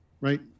right